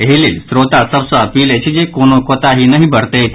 एहि लेल श्रोता सभ सँ अपील अछि जे कोनो कोताहि नहि बरतैथ